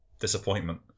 disappointment